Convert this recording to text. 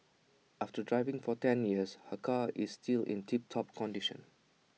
after driving for ten years her car is still in tiptop condition